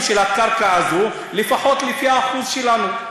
של הקרקע הזאת לפחות לפי האחוז שלנו.